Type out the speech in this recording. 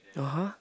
!huh!